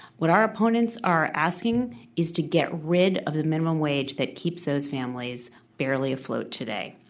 what our opponents are asking is to get rid of the minimum wage that keeps those families barely afloat today.